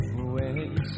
away